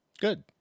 good